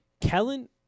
Kellen